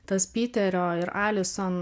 tas piterio ir alison